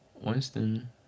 Winston